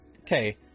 okay